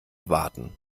warten